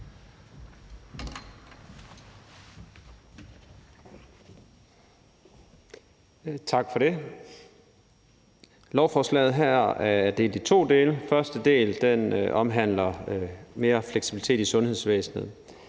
Tak for det. Lovforslaget her er delt i to dele. Første del omhandler mere fleksibilitet i sundhedsvæsenet.